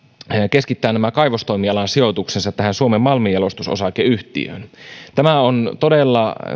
keskittää kaivostoimialan sijoituksensa suomen malmijalostus osakeyhtiöön tämä on todella